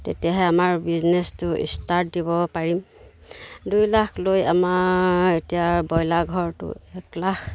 তেতিয়াহে আমাৰ বিজনেছটো ষ্টাৰ্ট দিব পাৰিম দুই লাখ লৈ আমাৰ এতিয়া ব্ৰইলাৰ ঘৰটো এক লাখ